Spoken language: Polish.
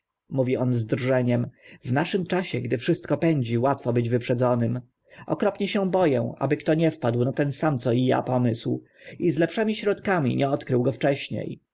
drżeniem w naszym czasie gdy wszystko pędzi łatwo być wyprzedzonym okropnie się bo ę aby kto nie wpadł na ten sam co i a pomysł i z lepszymi środkami nie odkrył go wcześnie